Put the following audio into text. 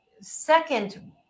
second